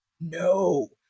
no